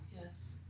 Yes